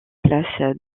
place